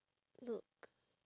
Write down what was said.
look